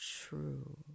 true